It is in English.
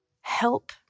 help